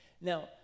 Now